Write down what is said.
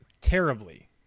Terribly